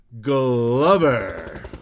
Glover